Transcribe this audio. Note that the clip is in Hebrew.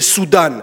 בסודן.